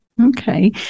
Okay